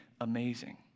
amazing